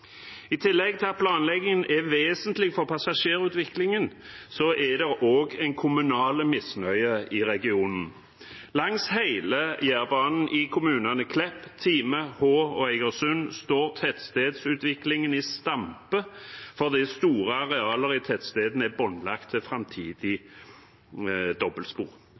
I tillegg til at planleggingen er vesentlig for passasjerutviklingen, er det òg kommunal misnøye i regionen. Langs hele Jærbanen i kommunene Klepp, Time, Hå og Egersund står tettstedsutviklingen i stampe fordi store arealer i tettstedene er båndlagt til framtidig dobbeltspor.